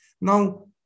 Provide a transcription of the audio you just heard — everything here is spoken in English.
Now